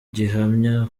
gihamya